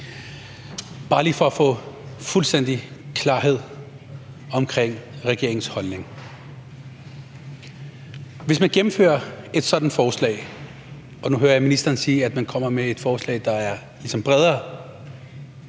bare lige for at få fuldstændig klarhed omkring regeringens holdning. Hvis man gennemfører et sådant forslag – og nu hører jeg ministeren sige, at man kommer med et forslag, der ligesom er bredere